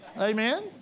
Amen